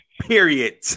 period